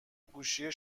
گوشی